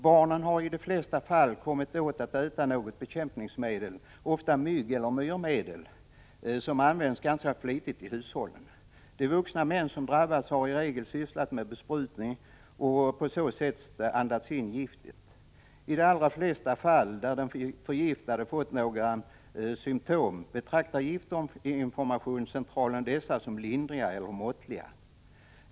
Barnen har i de flesta fallen kommit åt att äta något bekämpningsmedel — ofta myggeller myrmedel, som används ganska flitigt i hushållen. De vuxna män som drabbats har i regel sysslat med besprutning och på så sätt andats in giftet.” I de allra flesta fall där den förgiftade fått några symtom betraktar giftinformationscentralen dessa som lindriga eller måttliga.